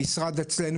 במשרד אצלנו,